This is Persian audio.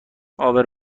عابر